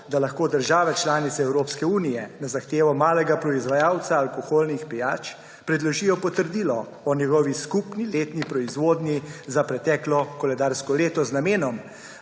da lahko države članice Evropske unije na zahtevo malega proizvajalca alkoholnih pijač predložijo potrdilo o njegovi skupni letni proizvodnji za preteklo koledarsko leto z namenom,